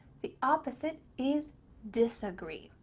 the opposite is disagree.